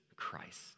Christ